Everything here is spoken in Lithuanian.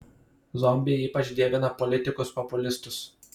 zombiai ypač dievina politikus populistus